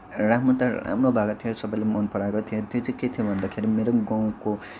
राम्रो त राम्रो भएको थियो सबैले मन पराएको थियो त्यो चाहिँ के थियो भन्दाखेरि मेरो गाउँको